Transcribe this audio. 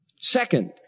Second